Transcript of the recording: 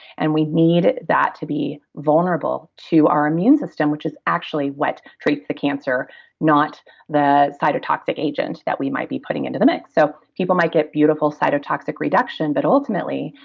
and we need that to be vulnerable to our immune system, which is actually what treats the cancer not the cytotoxic agent that we might be putting into the mix, so people might get beautiful cytotoxic reduction, but ultimately,